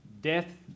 Death